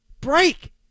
break